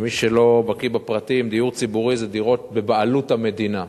למי שלא בקי בפרטים: דיור ציבורי זה דירות בבעלות המדינה,